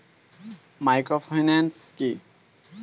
Microfinance কি?